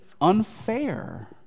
unfair